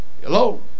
Hello